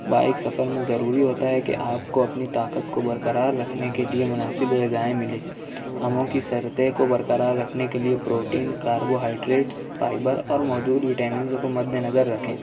bike سفر میں ضروری ہوتا ہے کہ آپ کو اپنی طاقت کو برقرار رکھنے کے لیے مناسب غذائیں مِلیں ہمو کی ضرورتیں کو برقرار رکھنے کے لیے پروٹین کاربو ہائیڈریٹس فائبر اور موجود وٹامنز کو مدِ نظر رکھیں